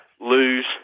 lose